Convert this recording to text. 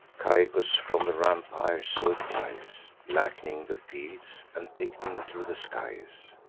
caicus from the rampire saw it rise, black'ning the fields, and thick'ning thro' the skies.